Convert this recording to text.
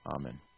Amen